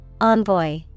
Envoy